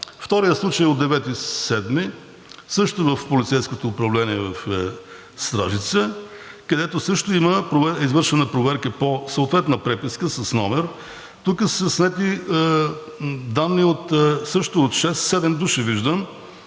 Вторият случай е от 9 юли, също в полицейското управление в Стражица, където също има извършена проверка по съответна преписка с номер. Тук са снети данни също от шест-седем души, виждам,